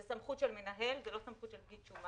זאת סמכות של מנהל, זאת לא סמכות של פקיד שומה.